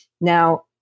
Now